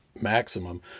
maximum